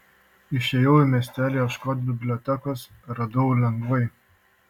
išėjau į miestelį ieškot bibliotekos radau lengvai